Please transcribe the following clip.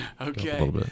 Okay